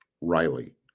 Riley